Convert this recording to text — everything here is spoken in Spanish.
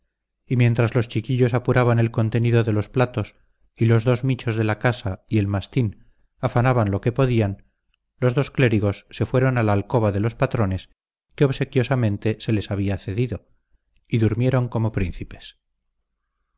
y mientras los chiquillos apuraban el contenido de los platos y los dos michos de la casa y el mastín afanaban lo que podían los dos clérigos se fueron a la alcoba de los patrones que obsequiosamente se les había cedido y durmieron como príncipes